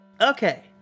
Okay